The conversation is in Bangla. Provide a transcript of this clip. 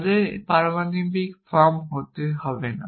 তাদের পারমাণবিক ফর্ম হতে হবে না